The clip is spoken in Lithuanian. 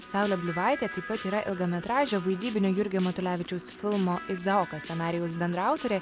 saulė bliuvaitė taip pat yra ilgametražio vaidybinio jurgio matulevičiaus filmo izaokas scenarijaus bendraautorė